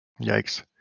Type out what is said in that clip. Yikes